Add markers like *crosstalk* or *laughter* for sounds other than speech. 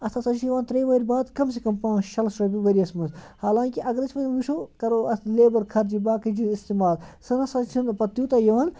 اَتھ ہَسا چھِ یِوان ترٛیٚیہِ وٕہٕرۍ بعد کَم سے کَم پانٛژھ شےٚ لَچھ رۄپیہِ ؤرِیَس منٛز حالانٛکہِ اَگر أسۍ وۄنۍ وٕچھو کرو اَتھ لیبَر خرچہِ باقٕے *unintelligible* اِستعمال سُہ نہ سا چھِنہٕ پَتہٕ تیوٗتاہ یِوان